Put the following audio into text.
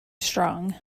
strong